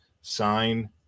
sign